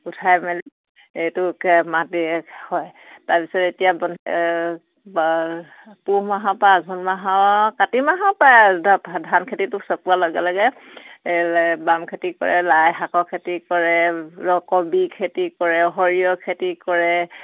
উঠাই মেলি এইটোকে মাটি হয় তাৰপিছত এতিয়া বন পুহ মাহৰ পা আঘোণ মাহৰ কাতি মাহৰ পাই ধান খেতিটো চপোৱাৰ লগে লগে বাম খেতি কৰে লাই শাকৰ খেতি কৰে কবি খেতি কৰে সৰিয়হ খেতি কৰে